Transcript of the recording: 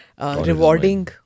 Rewarding